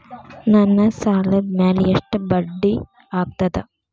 ನನ್ನ ಸಾಲದ್ ಮ್ಯಾಲೆ ಎಷ್ಟ ಬಡ್ಡಿ ಆಗ್ತದ?